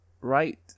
right